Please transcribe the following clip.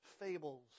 fables